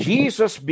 Jesus